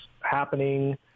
happening